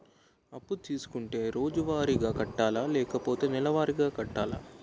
అప్పు తీసుకుంటే రోజువారిగా కట్టాలా? లేకపోతే నెలవారీగా కట్టాలా?